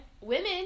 women